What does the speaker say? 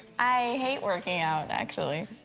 i hate working out, actually.